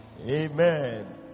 Amen